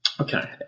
Okay